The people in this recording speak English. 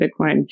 Bitcoin